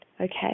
okay